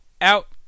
Out